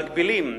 מגבילים,